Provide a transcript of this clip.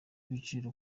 ibiciro